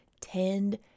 Tend